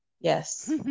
Yes